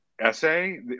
essay